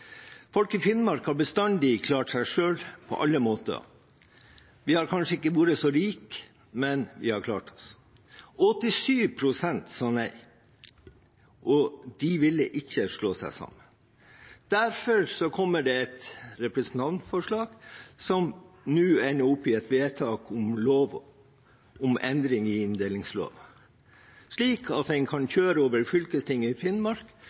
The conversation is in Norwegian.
Folk i Finnmark har bestandig klart seg selv på alle måter. Vi har kanskje ikke vært så rike, men vi har klart oss. 87 pst. sa nei – de ville ikke slå seg sammen. Derfor kommer det et representantforslag som nå ender opp i et vedtak om endring i inndelingslova, slik at en kan overkjøre fylkestinget i Finnmark,